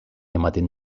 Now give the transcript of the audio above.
ematen